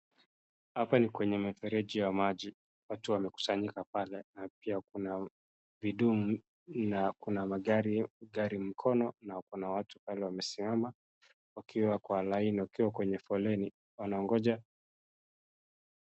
Hapa ni kwenye mifereji ya maji, watu wamekusanyika huku na pia kuna vibuyu na kuna magari ya mkono na kuna watu pale wamesimama wakiwa kwa laini wakiwa kwenye foleni, wanangoja.